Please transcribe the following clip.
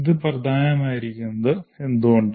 ഇത് പ്രധാനമായിരിക്കുന്നത് എന്തുകൊണ്ട്